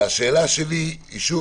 והשאלה שלי היא שוב,